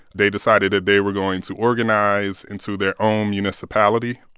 they decided that they were going to organize into their own municipality.